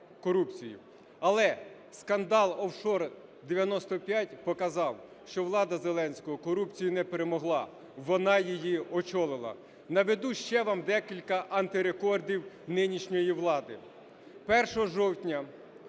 Але скандал "офшор 95" показав, що влада Зеленського корупцію не перемогла, вона її очолила. Наведу ще вам декілька антирекордів нинішньої влади.